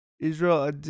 Israel